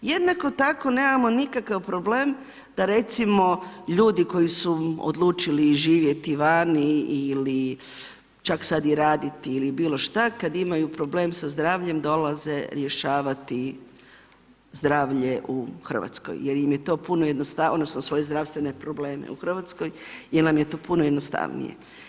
Jednako tako nemamo nikakav problem da recimo ljudi koji su odlučili živjeti vani ili čak sad i raditi ili bilo šta, kad imaju problem sa zdravljem dolaze rješavati zdravlje u Hrvatskoj jer im je to puno jednostavnije, odnosno svoje zdravstvene probleme u Hrvatskoj, jer nam je to puno jednostavnije.